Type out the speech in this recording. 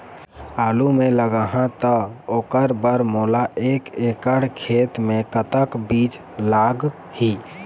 आलू मे लगाहा त ओकर बर मोला एक एकड़ खेत मे कतक बीज लाग ही?